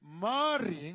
marrying